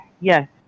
yes